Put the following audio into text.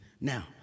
Now